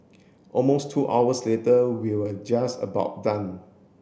almost two hours later we'll just about done